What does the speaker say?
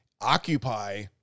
occupy